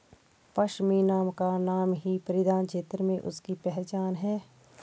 पशमीना का नाम ही परिधान क्षेत्र में उसकी पहचान है